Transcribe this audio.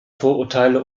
vorurteile